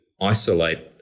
isolate